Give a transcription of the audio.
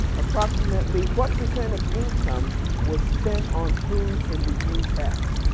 approximately what percent of income was spent on food in the u s.